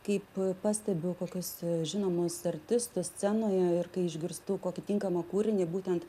kaip pastebiu kokius žinomous artistus scenoje ir kai išgirstu kokį tinkamą kūrinį būtent